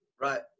Right